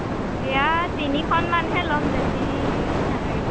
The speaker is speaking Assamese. অঁ সেয়া তিনিখনমানহে ল'ম বেছি নালাগে